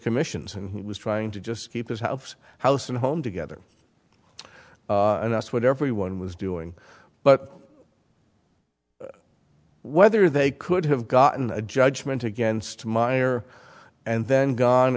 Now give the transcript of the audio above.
commissions and he was trying to just keep his house house and home together and that's what everyone was doing but whether they could have gotten a judgment against minor and then gone